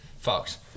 Folks